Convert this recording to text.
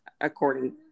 According